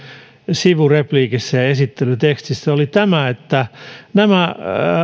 sivurepliikissä tai esittelytekstissä on tämä että